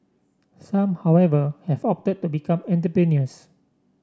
some however have opted to become entrepreneurs